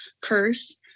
curse